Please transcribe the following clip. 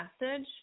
message